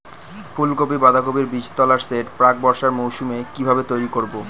ফুলকপি বাধাকপির বীজতলার সেট প্রাক বর্ষার মৌসুমে কিভাবে তৈরি করব?